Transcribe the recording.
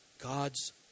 God's